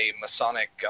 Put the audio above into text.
Masonic